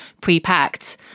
pre-packed